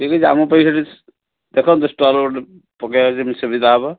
ଠକ୍ ଅଛି ଆମ ପାଇଁ ସେଇଠି ଦେଖନ୍ତୁ ଷ୍ଟଲ୍ ଗୋଟେ ପକେଇବା ଯେମିତି ସୁବିଧା ହେବ